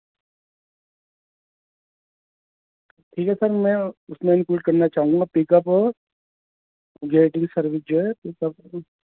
ٹھیک ہے سر میں اس میں انکلوڈ کرنا چاہوں گا پک اپ اور جی ڈی سروس جو ہے پک اپ